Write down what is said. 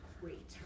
Great